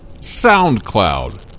SoundCloud